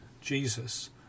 Jesus